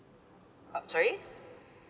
uh sorry